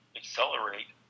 accelerate